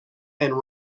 and